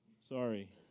Sorry